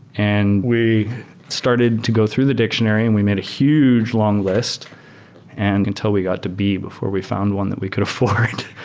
and we started to go through the dictionary and we made a huge long list and until we got to b before we found one that we could afford.